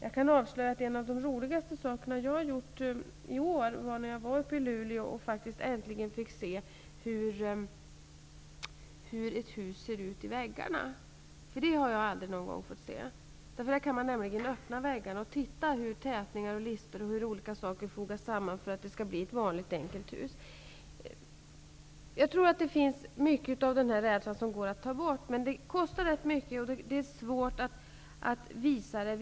Jag kan avslöja att en av de roligaste saker som jag har gjort i år, var när jag uppe i Luleå äntligen fick se hur ett hus ser ut inne i väggarna. Det har jag aldrig tidigare fått se. Man kan nämligen öppna väggarna och se hur tätningar och lister m.m. fogas samman, till ett vanligt, enkelt hus. Jag tror att det går att ta bort mycket av rädslan, men det kostar rätt mycket och det är svårt att visa det.